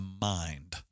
mind